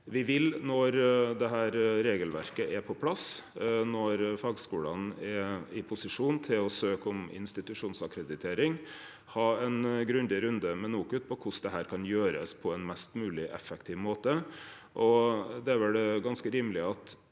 sikt. Når dette regelverket er på plass, og når fagskulane er i posisjon til å søkje om institusjonsakkreditering, vil me ha ein grundig runde med NOKUT på korleis dette kan gjerast på ein mest mogleg effektiv måte. Det er vel ganske rimeleg at